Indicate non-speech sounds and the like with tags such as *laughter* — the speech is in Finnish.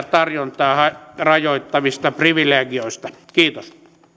*unintelligible* tarjontaa rajoittavista privilegioista kiitos